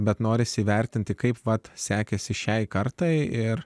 bet norisi įvertinti kaip vat sekėsi šiai kartai ir